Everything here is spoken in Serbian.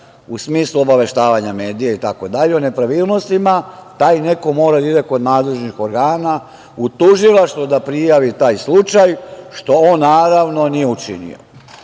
u smislu obaveštavanja medija itd. o nepravilnostima, taj neko mora da ide kod nadležnih organa, u tužilaštvo da prijavi taj slučaj, što on, naravno, nije učinio.